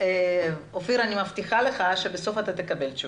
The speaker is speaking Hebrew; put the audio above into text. אופיר, אני מבטיחה לך שבסוף תקבל תשובה.